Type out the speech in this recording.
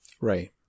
Right